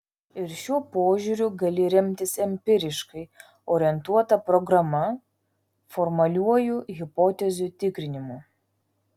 ir šiuo požiūriu gali remtis empiriškai orientuota programa formaliuoju hipotezių tikrinimu